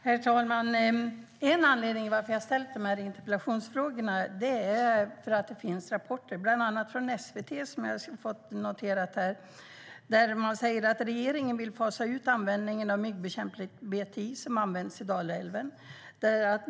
Herr talman! En anledning till att jag har ställt interpellationen är att det finns rapporter, bland annat från SVT, som säger att regeringen vill fasa ut användningen av myggbekämpningsmedlet BTI, som används i Dalälven.